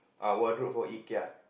ah wardrobe for Ikea